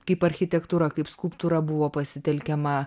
kaip architektūra kaip skulptūra buvo pasitelkiama